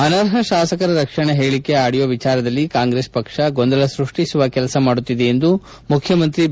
ಅನರ್ಹ ಶಾಸಕರ ರಕ್ಷಣೆ ಹೇಳಕೆ ಆಡಿಯೋ ವಿಚಾರದಲ್ಲಿ ಕಾಂಗ್ರೆಸ್ ಪಕ್ಷ ಗೊಂದಲ ಸೃಷ್ಟಿಸುವ ಕೆಲಸ ಮಾಡುತ್ತಿದೆ ಎಂದು ಮುಖ್ಯಮಂತ್ರಿ ಬಿ